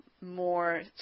more